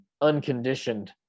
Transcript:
unconditioned